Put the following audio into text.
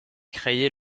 créé